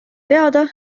teada